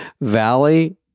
valley